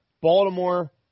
Baltimore